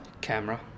camera